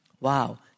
Wow